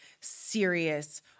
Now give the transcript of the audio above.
serious